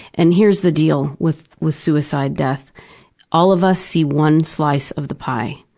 and here's the deal with with suicide death all of us see one slice of the pie,